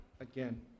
again